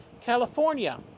California